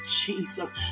Jesus